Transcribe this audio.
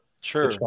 Sure